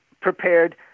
prepared